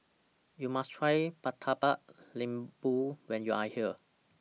YOU must Try Murtabak Lembu when YOU Are here